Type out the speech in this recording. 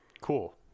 Cool